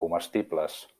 comestibles